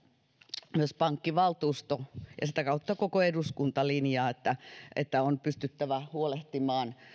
myös pankkivaltuusto ja sitä kautta koko eduskunta linjaa että että on pystyttävä huolehtimaan